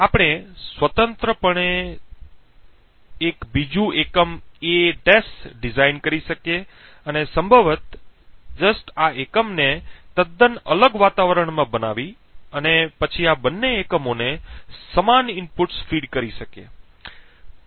આપણે સંપૂર્ણપણે સ્વતંત્ર એક બીજું એકમ A' ડિઝાઇન કરી શકીએ અને સંભવત આ એકમને તદ્દન અલગ વાતાવરણમાં બનાવી અને આ બંને એકમોને સમાન ઇનપુટ્સ ફીડ કરી શકીએ